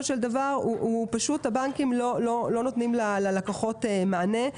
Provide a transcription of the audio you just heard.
של דבר הבנקים לא נותנים ללקוחות מענה.